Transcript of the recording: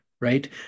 Right